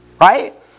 right